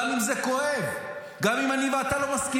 גם אם זה כואב, גם אם אני ואתה לא מסכימים.